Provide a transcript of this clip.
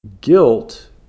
guilt